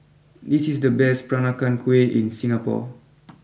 this is the best Peranakan Kueh in Singapore